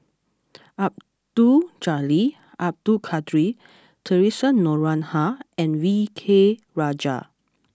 Abdul Jalil Abdul Kadir Theresa Noronha and V K Rajah